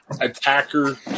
attacker